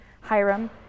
Hiram